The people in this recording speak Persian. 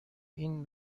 این